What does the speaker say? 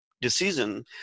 decision